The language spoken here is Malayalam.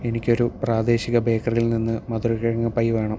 എനിക്ക് ഒരു പ്രാദേശിക ബേക്കറിയിൽ നിന്ന് മധുരക്കിഴങ്ങ് പൈ വേണം